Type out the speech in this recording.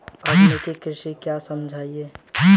Organic कृषि क्या है समझाइए?